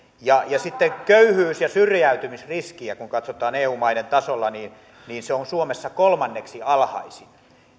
ja sitten köyhyys ja syrjäytymisriskiä kun katsotaan eu maiden tasolla niin niin se on suomessa kolmanneksi alhaisin